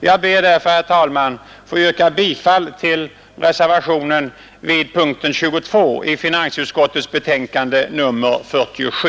Jag ber därför, herr talman, att få yrka bifall till reservationen 14 vid punkten 22 i finansutskottets betänkande nr 47.